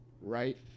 right